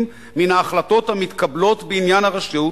מן ההחלטות המתקבלות בעניין הרשות,